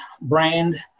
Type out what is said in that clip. brand